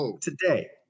today